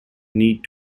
need